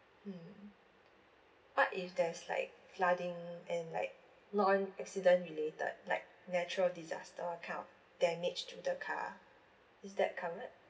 mm what if there's like flooding and like non-accident related like natural disaster kind of damage to the car is that covered